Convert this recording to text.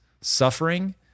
suffering